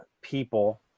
people